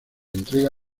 entrega